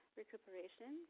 recuperation